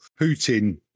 Putin